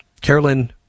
Carolyn